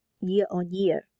year-on-year